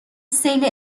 سیل